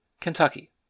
Kentucky